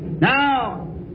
Now